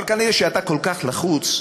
אבל כנראה שאתה כל כך לחוץ.